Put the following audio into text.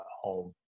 home